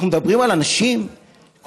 אנחנו מדברים על אנשים קונקרטיים,